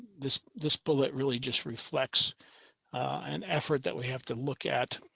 this this bullet really just reflects an effort that we have to look at.